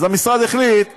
אז המשרד החליט להכניס,